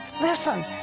listen